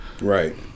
Right